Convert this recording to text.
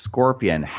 Scorpion